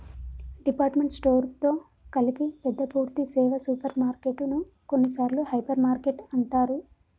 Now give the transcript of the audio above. department store తో కలిపి పెద్ద పూర్థి సేవ సూపర్ మార్కెటు ను కొన్నిసార్లు హైపర్ మార్కెట్ అంటారు